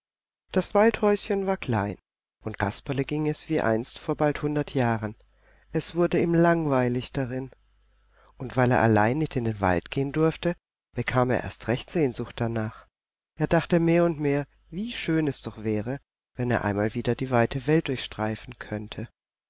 das waldhäuschen war klein und kasperle ging es wie einst vor bald hundert jahren es wurde ihm langweilig darin und weil er allein nicht in den wald gehen durfte bekam er erst recht sehnsucht danach er dachte mehr und mehr wie schön es doch wäre wenn er einmal wieder die weite welt durchstreifen könnte